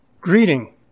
greeting